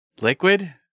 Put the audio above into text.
liquid